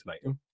tonight